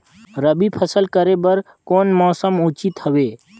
रबी फसल करे बर कोन मौसम उचित हवे?